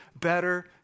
better